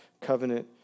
covenant